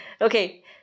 Okay